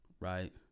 right